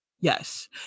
Yes